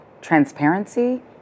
transparency